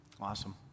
Awesome